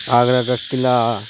آگرہ کا قلعہ